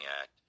act